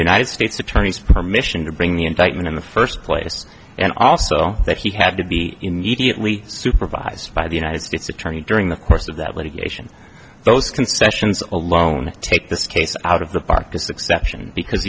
united states attorney's permission to bring the indictment in the first place and also that he had to be immediately supervised by the united states attorney during the course of that litigation those concessions alone take this case out of the park as exception because